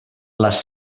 les